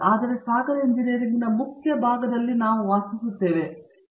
ಆದರೆ ಸಾಗರ ಎಂಜಿನಿಯರಿಂಗ್ನ ಮುಖ್ಯ ಭಾಗದಲ್ಲಿ ನಾನು ವಾಸಿಸುವೆ